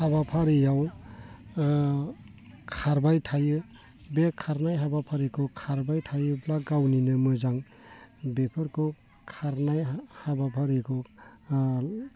हाबाफारियाव खारबाय थायो बे खारनाय हाबाफारिखौ खारबाय थायोब्ला गावनिनो मोजां बेफोरखौ खारनाय हाबाफारिखौ